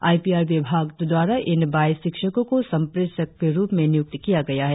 आई P R विभाग द्वारा इन बाईस शिक्षको को संप्रेषक के रुप में नियुक्त किया गया है